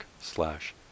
slash